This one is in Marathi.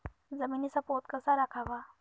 जमिनीचा पोत कसा राखावा?